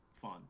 fun